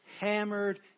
hammered